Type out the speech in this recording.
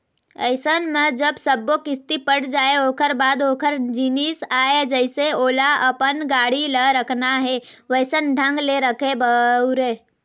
अइसन म जब सब्बो किस्ती पट जाय ओखर बाद ओखर जिनिस आय जइसे ओला अपन गाड़ी ल रखना हे वइसन ढंग ले रखय, बउरय